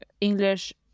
English